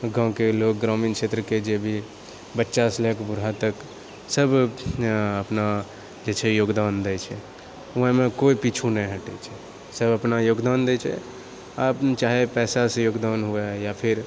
गाँवके लोक ग्रामीण क्षेत्रके जे भी बच्चासँ लऽ कऽ बूढ़ा तक सब अपना जे छै योगदान दै छै ओहिमे कोइ पिछु नहि हटै छै सभ अपना योगदान दै छै आओर चाहे पइसासँ योगदान हुअए या फेर